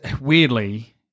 weirdly –